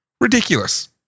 Ridiculous